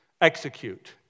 execute